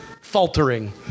faltering